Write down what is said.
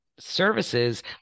services